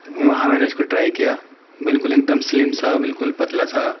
وہاں میں نے اس کو ٹرائی کیا بالکل ایک دم سلم سا بالکل پتلا سا